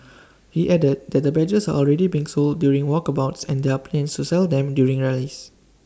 he added that the badges are already being sold during walkabouts and there are plans to sell them during rallies